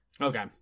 Okay